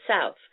South